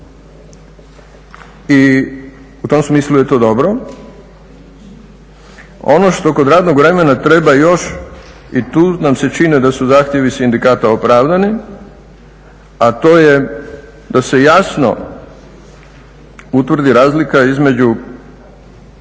i u tom smislu je to dobro. Ono što kod radnog vremena treba još i tu nam se čini da su zahtjevi sindikata opravdani, a to je da se jasno utvrdi razlika između